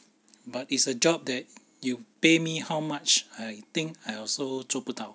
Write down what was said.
but it's a job that you pay me how much I think I also 做不到